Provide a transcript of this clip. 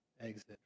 exit